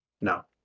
No